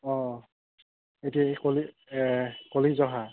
অঁ এতিয়া কলি এহ কলি জহা